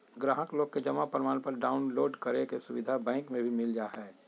गाहक लोग के जमा प्रमाणपत्र डाउनलोड करे के सुविधा बैंक मे भी मिल जा हय